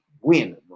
win